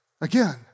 again